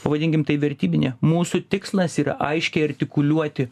pavadinkim tai vertybine mūsų tikslas yra aiškiai artikuliuoti